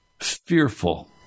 fearful